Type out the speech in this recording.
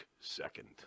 second